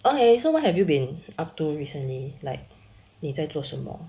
okay so what have you been up to recently like 你在做什么